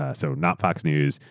ah so not fox news,